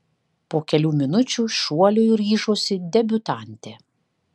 po kelių minučių šuoliui ryžosi debiutantė